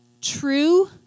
true